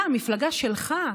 אתה, המפלגה שלך,